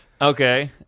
Okay